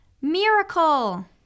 Miracle